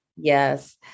Yes